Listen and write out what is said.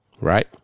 right